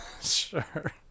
Sure